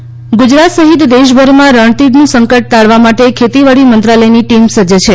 રણતીડ ગુજરાત સહિત દેશભરમાં રણતીડનું સંકટ ટાળવા માટે ખેતીવાડી મંત્રાલયની ટીમ સજ્જ છે